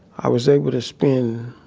i was able to spend